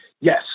Yes